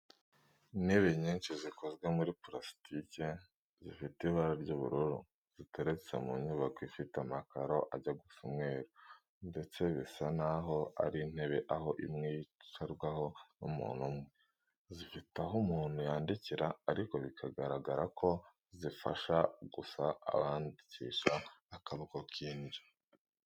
Intebe nyinshi zikozwe muri purasitike, zifite ibara ry'ubururu ziteretse mu nyubako ifite amakaro ajya gusa umweru ndetse bisa n'aho ari intebe aho imwe yicarwaho n'umuntu umwe. Zifite aho umuntu yandikira ariko bikagaragara ko zifasha gusa abandikisha akaboko k'indyo.